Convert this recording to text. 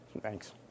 Thanks